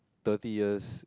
thirty years